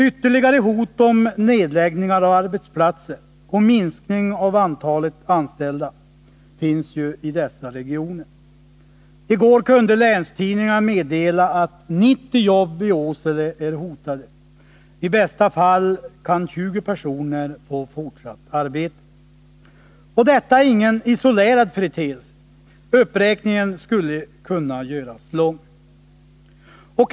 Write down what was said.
Ytterligare hot om nedläggningar av arbetsplatser och om minskning av antalet anställda finns ju i dessa regioner. I går kunde länstidningarna meddela att 90 jobb i Åsele är hotade. I bästa fall kan 20 personer få fortsatt arbete. Och detta är ingen isolerad företeelse. Uppräkningen skulle kunna göras lång.